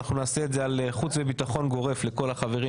לגבי חוץ וביטחון גורף לכל החברים